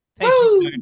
Woo